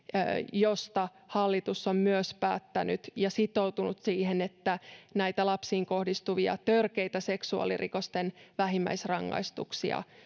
josta hallitus on myös päättänyt ja sitoutunut siihen että lapsiin kohdistuvien törkeiden seksuaalirikosten vähimmäisrangaistuksia